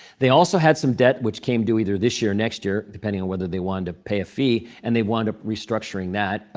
they also had some debt, which came due either this year or next year, depending on whether they wanted to pay a fee. and they wound up restructuring that.